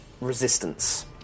resistance